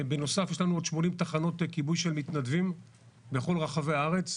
בנוסף יש לנו עוד 80 תחנות כיבוי של מתנדבים בכל רחבי הארץ.